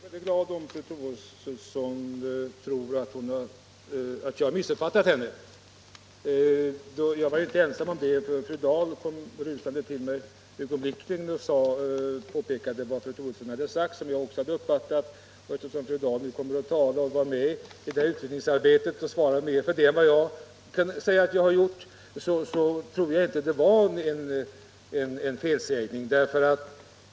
Herr talman! Jag är mycket glad om fru Troedsson tror att jag missuppfattat henne. Jag var inte ensam om det. Fru Dahl kom rusande till mig ögonblickligen och påpekade vad fru Troedsson sagt —- och hon hade uppfattat det på samma sätt som jag. Eftersom fru Dahl varit med i utredningsarbetet och har större ansvar för det än jag har tror jag inte att det var en missuppfattning.